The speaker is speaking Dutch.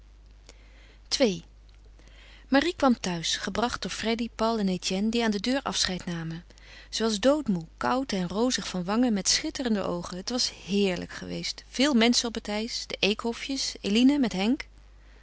ii marie kwam thuis gebracht door freddy paul en etienne die aan de deur afscheid namen zij was doodmoê koud en rozig van wangen met schitterende oogen het was heerlijk geweest veel menschen op het ijs de eekhofjes eline met henk